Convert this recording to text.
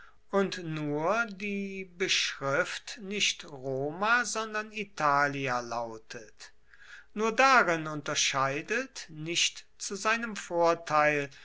und nur die beschrift nicht roma sondern italia lautet nur darin unterscheidet nicht zu seinem vorteil